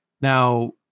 Now